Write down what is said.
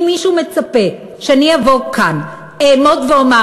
אם מישהו מצפה שאני אבוא כאן, אעמוד ואומר: